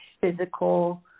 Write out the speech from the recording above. physical